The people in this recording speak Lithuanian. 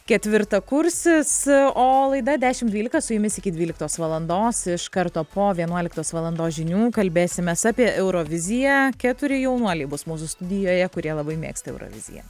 ketvirtakursis o laida dešim dvylika su jumis iki dvyliktos valandos iš karto po vienuoliktos valandos žinių kalbėsimės apie euroviziją keturi jaunuoliai bus mūsų studijoje kurie labai mėgsta euroviziją